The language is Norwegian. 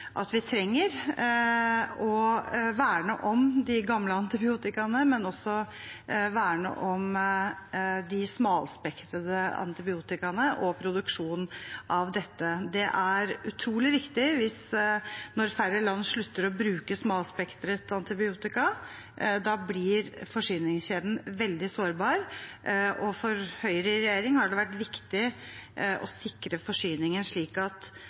vi trenger å verne om de gamle antibiotikaene, men også verne om de smalspektrete antibiotikaene og produksjonen av dem. Det er utrolig viktig når færre land slutter å bruke smalspektret antibiotikum. Da blir forsyningskjeden veldig sårbar, og for Høyre i regjering har det vært viktig å sikre forsyningen, slik at